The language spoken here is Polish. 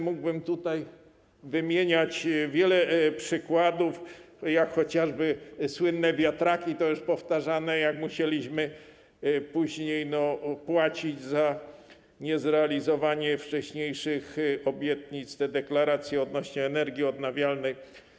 Mógłbym tutaj wymieniać wiele przykładów, chociażby słynne wiatraki, to już było powtarzane, jak to musieliśmy później płacić za niezrealizowanie wcześniejszych obietnic, czy te deklaracje odnośnie do energii odnawialnej.